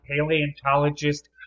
paleontologist